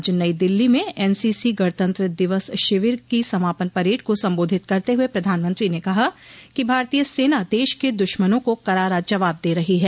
आज नई दिल्ली में एनसीसी गणतंत्र दिवस शिविर की समापन परेड को संबोधित करते हुए प्रधानमंत्री ने कहा कि भारतीय सेना देश के दुश्मनों को करारा जवाब दे रही है